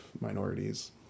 minorities